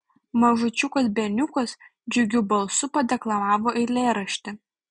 mažučiukas berniukas džiugiu balsu padeklamavo eilėraštį